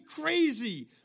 crazy